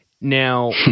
Now